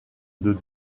des